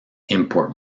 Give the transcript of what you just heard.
import